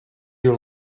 you